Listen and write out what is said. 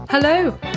Hello